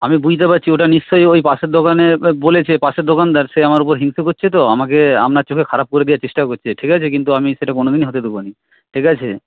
আমি বুঝতে পারছি ওটা নিশ্চয় ওই পাশের দোকানে বলেছে পাশের দোকানদার সে আমার উপর হিংসা করছে তো আমাকে আপনার চোখে খারাপ করে দিয়ার চেষ্টা করছে ঠিক আছে কিন্তু আমি সেটা কোনদিনই হতে দেব না ঠিক আছে